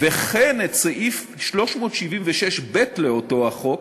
וכן את סעיף 376ב לאותו החוק,